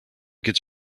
gets